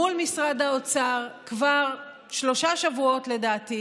מול משרד האוצר, כבר שלושה שבועות, לדעתי